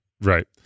right